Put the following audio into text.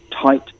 tight